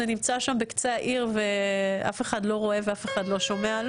זה נמצא שם בקצה העיר ואף אחד לא רואה ואף אחד לא שומע?